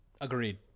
agreed